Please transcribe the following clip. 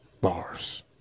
Bars